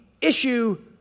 issue